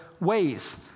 ways